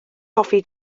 hoffi